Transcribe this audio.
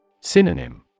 Synonym